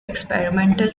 experimental